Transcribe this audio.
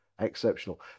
Exceptional